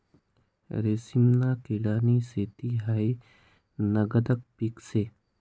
रेशीमना किडानी शेती हायी नगदनं पीक शे